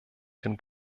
den